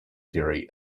theory